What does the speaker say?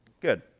Good